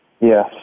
Yes